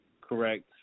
Correct